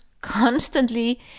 constantly